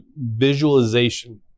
visualization